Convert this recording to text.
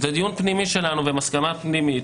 זה דיון פנימי שלנו ומסקנה פנימית,